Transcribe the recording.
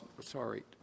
sorry